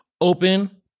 open